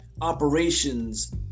operations